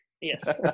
Yes